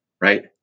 right